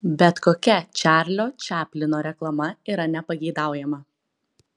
bet kokia čarlio čaplino reklama yra nepageidaujama